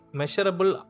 measurable